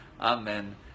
Amen